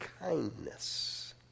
kindness